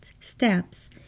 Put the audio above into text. steps